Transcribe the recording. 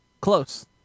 Close